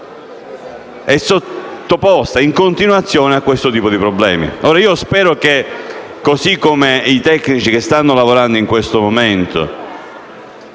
è sottoposta continuamente a questo tipo di problema.